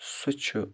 سُہ چھُ